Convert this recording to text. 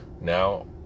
Now